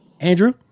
Andrew